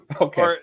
okay